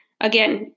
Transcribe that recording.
again